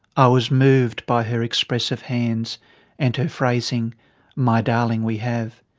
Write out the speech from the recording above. i was moved by her expressive hands and her phrasing my darling, we have.